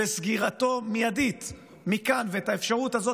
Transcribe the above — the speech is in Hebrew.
וסגירתו המיידית מכאן,